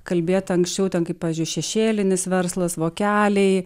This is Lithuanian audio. kalbėta anksčiau ten kaip pavyzdžiui šešėlinis verslas vokeliai